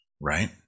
right